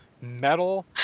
metal